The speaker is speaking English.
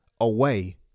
away